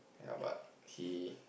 ya but he